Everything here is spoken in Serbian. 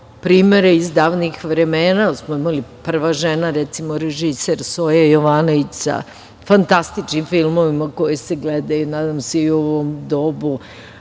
primere iz davnih vremena, jer smo imali da je prva žena, recimo, režiser Soja Jovanović sa fantastičnim filmovima koji se gledaju nadam se i u ovom dobu,